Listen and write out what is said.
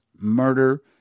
murder